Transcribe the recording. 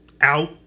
out